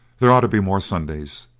there ought to be more sundays.